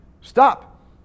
Stop